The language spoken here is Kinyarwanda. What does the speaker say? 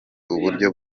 uburyo